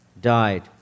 died